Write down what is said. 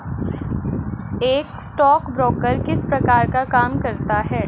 एक स्टॉकब्रोकर किस प्रकार का काम करता है?